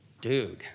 dude